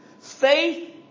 Faith